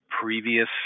previous